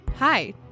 Hi